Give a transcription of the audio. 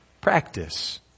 practice